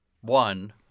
one